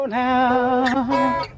now